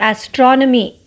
Astronomy